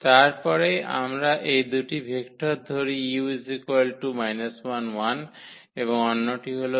এবং তারপরে আমরা এই দুটি ভেক্টর ধরি u এবং অন্যটি হল